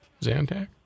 Zantac